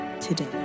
today